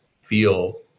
feel